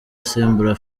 usimbura